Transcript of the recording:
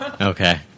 okay